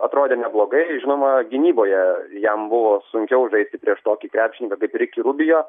atrodė neblogai žinoma gynyboje jam buvo sunkiau žaisti prieš tokį krepšininką kaip rikį rubio